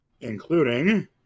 Including